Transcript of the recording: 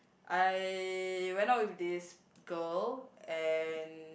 I went out with this girl and